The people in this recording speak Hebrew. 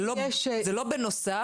זה לא בנוסף,